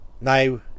Now